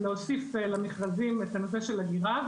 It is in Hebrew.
כלומר להוסיף למכרזים את הנושא של אגירה.